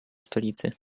stolicy